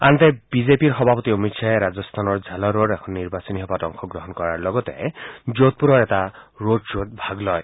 আনহাতে বিজেপিৰ সভাপতি অমিত শ্বাহে ৰাজস্থানৰ ঝালৌৰত এখন নিৰ্বাচনী সভাত অংশগ্ৰহণ কৰাৰ লগতে যোধপুৰৰ এটা ৰোড শ্বত ভাগ লয়